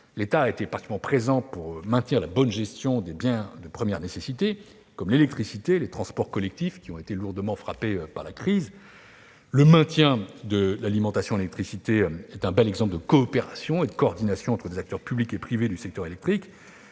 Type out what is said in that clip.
l'État a été particulièrement présent pour maintenir la bonne gestion des biens de première nécessité, comme l'électricité et les transports collectifs, qui ont été lourdement frappés par la crise. Le maintien de l'alimentation en électricité est un bel exemple de coopération et de coordination entre les acteurs publics et privés du secteur électrique.